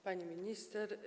Pani Minister!